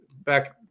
back